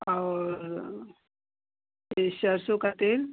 और ये सरसों का तेल